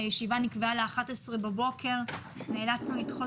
הישיבה נקבעה ל-11:00 בבוקר ונאלצנו לדחות